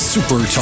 Super